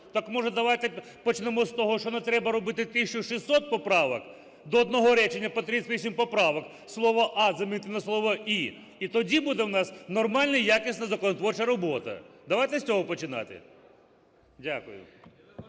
Так, може, давайте почнемо з того, що не треба робити 1 тисячу 600 поправок, до одного речення по 38 поправок, слово "а" замінити на слово "і", і тоді буде у нас нормальна, якісна законотворча робота. Давайте з цього починати. Дякую.